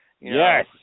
Yes